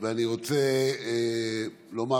אני רוצה לומר,